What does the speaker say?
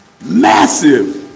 Massive